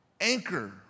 anchor